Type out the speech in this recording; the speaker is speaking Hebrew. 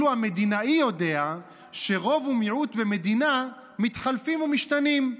ואילו המדינאי יודע שרוב ומיעוט במדינה מתחלפים ומשתנים.